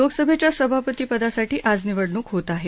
लोकसभेच्या सभापती पदासाठी आज निवडणूक होत आहे